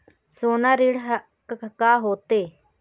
सोना ऋण हा का होते?